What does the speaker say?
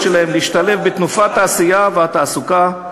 שלהם להשתלב בתנופת העשייה והתעסוקה,